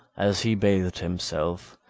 as he bathed himself,